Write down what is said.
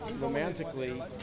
romantically